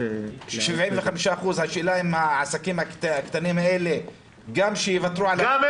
75% השאלה אם העסקים הקטנים האלה גם כשיוותרו --- גם הם